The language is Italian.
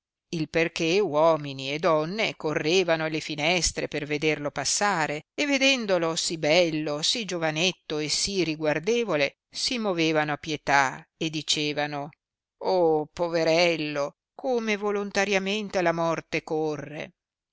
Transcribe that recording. il per che uomini e donne correvano alle finestre per vederlo passare e vedendolo sì bello sì giovanetto e si riguardevole si movevano a pietà e dicevano oh poverello come volontariamente alla morte corre